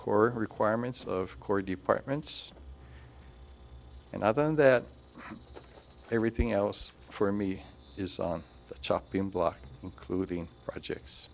core requirements of core departments and other than that everything else for me is on the chopping block including projects